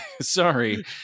sorry